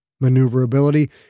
Maneuverability